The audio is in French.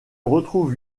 retrouve